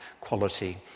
quality